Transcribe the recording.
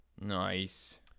nice